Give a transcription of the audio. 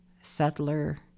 settler